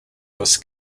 was